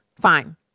Fine